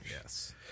Yes